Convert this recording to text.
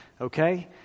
okay